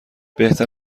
بهتر